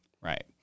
Right